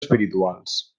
espirituals